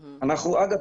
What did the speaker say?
אגב,